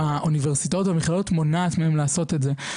האוניברסיטאות והמכללות מונעת מהם לעשות את זה.